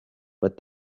but